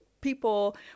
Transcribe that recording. people